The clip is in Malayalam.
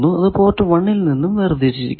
അത് പോർട്ട് 1 ൽ നിന്നും വേർതിരിച്ചിരിക്കുന്നു